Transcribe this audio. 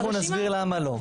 אנחנו נסביר למה לא.